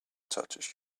touches